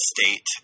state